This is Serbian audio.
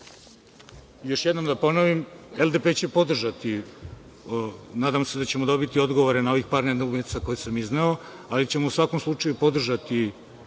jednom da ponovim, LDP će podržati, nadam se da ćemo dobiti odgovore na ovih par nedoumica koje sam izneo, ali ćemo u svakom slučaju podržati